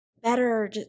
better